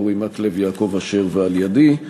אורי מקלב ויעקב אשר ועל-ידי.